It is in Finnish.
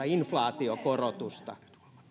inflaatiokorotusta